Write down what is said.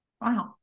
Wow